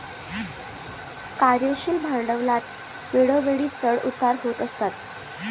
कार्यशील भांडवलात वेळोवेळी चढ उतार होत असतात